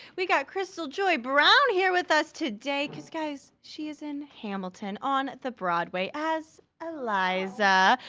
we got krystal joy brown here with us today, cause guys, she is in hamilton on the broadway, as eliza.